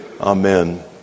Amen